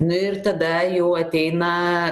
nu ir tada jau ateina